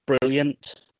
brilliant